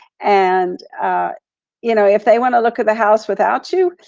and you know, if they wanna look at the house without you,